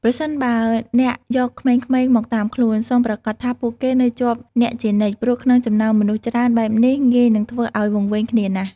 ប្រសិនបើអ្នកយកក្មេងៗមកតាមខ្លួន សូមប្រាកដថាពួកគេនៅជាប់អ្នកជានិច្ច ព្រោះក្នុងចំណោមមនុស្សច្រើនបែបនេះងាយនឹងធ្វើឱ្យវង្វេងគ្នាណាស់។។